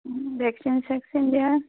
vaccine চেকচিন দিয়া